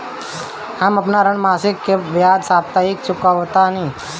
हम अपन ऋण मासिक के बजाय साप्ताहिक चुकावतानी